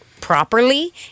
properly